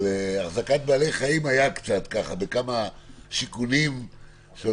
אבל החזקת בעלי חיים היה קצת בכמה שיכונים שעוד